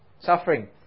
Suffering